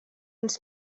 ens